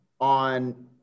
on